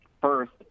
First